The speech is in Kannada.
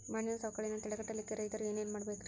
ಮಣ್ಣಿನ ಸವಕಳಿಯನ್ನ ತಡೆಗಟ್ಟಲಿಕ್ಕೆ ರೈತರು ಏನೇನು ಮಾಡಬೇಕರಿ?